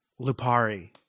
lupari